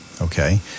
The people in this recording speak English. okay